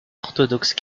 orthodoxes